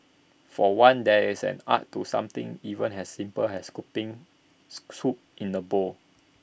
for one there is an art to something even as simple as scooping scoop soup in A bowl